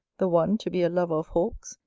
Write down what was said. the one to be a lover of hawks,